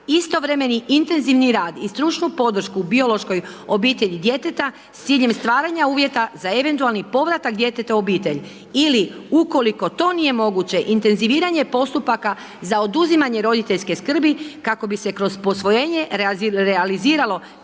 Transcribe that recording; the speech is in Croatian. istovremeni intenzivni rad i stručnu podršku biološkoj obitelji djeteta s ciljem stvaranja uvjeta za eventualni povratak djeteta u obitelj ili ukoliko to nije moguće intenziviranje postupaka za oduzimanje roditeljske skrbi kako bi se kroz posvojenje realiziralo